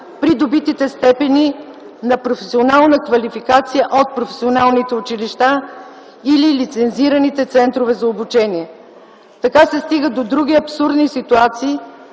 придобитите степени на професионална квалификация от професионалните училища или лицензираните центрове за обучение. Така се стига до други абсурдни ситуации,